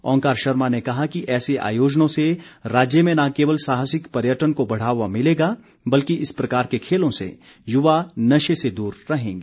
ओंकार शर्मा ने कहा कि ऐसे आयोजनों से राज्य में न केवल साहसिक पर्यटन को बढ़ावा मिलेगा बल्कि इस प्रकार के खेलों से युवा नशे से दूर रहेंगे